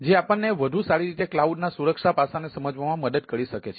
જે આપણને વધુ સારી રીતે કલાઉડ ના સુરક્ષા પાસાને સમજવામાં મદદ કરી શકે છે